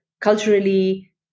culturally